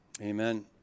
Amen